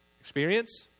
Experience